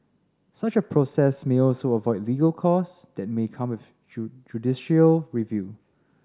such a process may also avoid legal costs that may come with judicial review